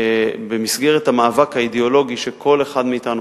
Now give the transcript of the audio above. במסגרת המאבק האידיאולוגי שכל אחד מאתנו,